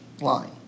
line